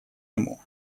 нему